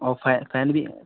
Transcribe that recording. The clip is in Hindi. और फ़ैन भी